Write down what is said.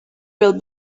will